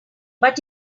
but